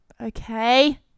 Okay